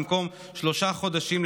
במקום שלושה חודשים,